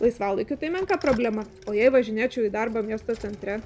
laisvalaikiui tai menka problema o jei važinėčiau į darbą miesto centre